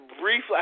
briefly